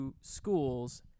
schools